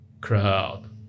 crowd